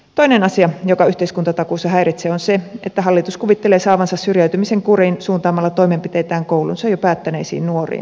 toinen asia joka yhteiskuntatakuussa häiritsee on se että hallitus kuvittelee saavansa syrjäytymisen kuriin suuntaamalla toimenpiteitään koulunsa jo päättäneisiin nuoriin